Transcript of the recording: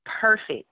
perfect